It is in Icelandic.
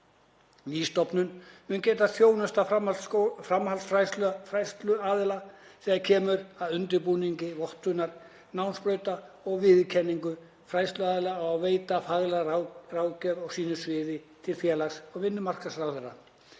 Ný stofnun muni geta þjónustað framhaldsfræðsluaðila þegar kemur að undirbúningi vottunar námsbrauta og viðurkenningu fræðsluaðila og veitt faglega ráðgjöf á sínu sviði til félags- og vinnumarkaðsráðherra,